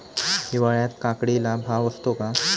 हिवाळ्यात काकडीला भाव असतो का?